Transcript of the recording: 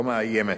לא מאיימת,